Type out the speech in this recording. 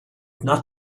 not